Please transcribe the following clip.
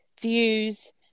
views